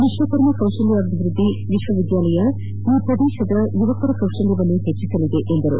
ವಿಶ್ವಕರ್ಮ ಕೌಶಲ ವಿಶ್ವವಿದ್ಯಾಲಯ ಈ ಪ್ರದೇಶದ ಯುವಕರ ಕೌಶಲ್ಯವನ್ನು ಹೆಚ್ಚಿಸಲಿದೆ ಎಂದರು